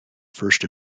first